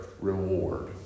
reward